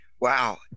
Wow